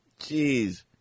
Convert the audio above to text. Jeez